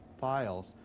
files